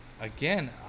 again